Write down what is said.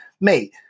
mate